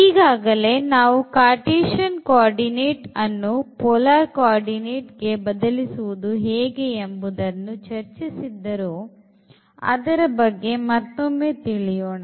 ಈಗಾಗಲೇ ನಾವು cartesian coordinate ಅನ್ನು polar coordinateಗೆ ಬದಲಿಸುವುದು ಹೇಗೆ ಎಂಬುದನ್ನು ಚರ್ಚಿಸಿದ್ದರು ಅದರ ಬಗ್ಗೆ ಮತ್ತೊಮ್ಮೆ ತಿಳಿಯೋಣ